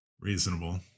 Reasonable